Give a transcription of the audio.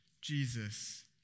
Jesus